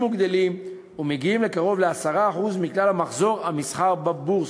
וגדלים ומגיעים לקרוב ל-10% מכלל מחזור המסחר בבורסה.